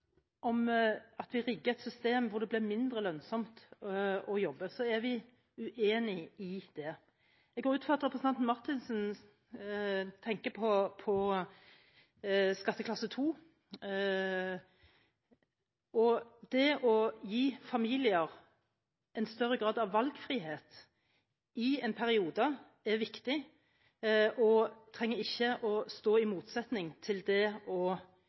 om at vi trigger et system hvor det blir mindre lønnsomt å jobbe, er vi uenig i det. Jeg går ut ifra at representanten Marthinsen tenker på skatteklasse 2. Det å gi familier en større grad av valgfrihet i en periode er viktig og trenger ikke stå i motsetning til det å